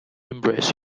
embrace